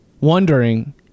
wondering